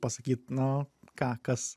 pasakyt no ką kas